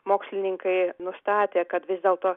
mokslininkai nustatė kad vis dėlto